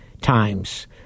times